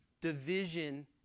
division